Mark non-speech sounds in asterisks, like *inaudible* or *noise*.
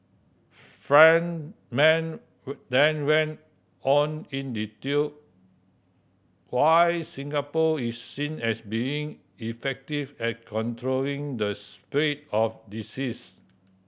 Friedman *unintelligible* then went on in detail why Singapore is seen as being effective at controlling the spread of diseases